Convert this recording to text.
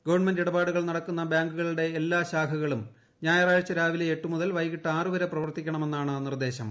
government ഇടപാടുകൾ നടക്കുന്ന ബാങ്കുകളുടെ എല്ലാ ശാഖകളും ഞായറാഴ്ച രാവിലെ എട്ടുമുതൽ വൈകിട്ട് ആറുവർ പ്രവർത്തിക്കണമെന്നാണ് നിർദ്ദേശം